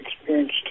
experienced